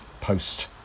post